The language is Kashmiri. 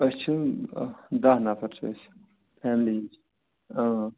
أسۍ چھِ داہ نَفر چھِ أسۍ فیملی اۭں